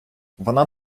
вона